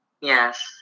Yes